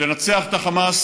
לנצח את החמאס